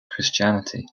christianity